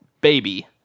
baby